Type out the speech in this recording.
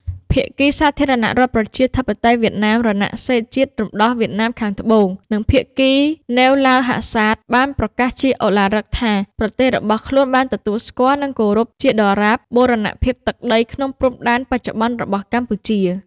ភាគីសាធារណរដ្ឋប្រជាធិបតេយ្យវៀតណាម-រណសិរ្សជាតិរំដោះវៀតណាមខាងត្បូង និងភាគី ណេវ ឡាវ ហាក់សាត បានប្រកាសជាឧឡារិកថា ប្រទេសរបស់ខ្លួន បានទទួលស្គាល់ និងគោរពជាដរាបបូរណភាពទឹកដីក្នុងព្រំដែនបច្ចុប្បន្នរបស់កម្ពុជា។